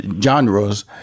genres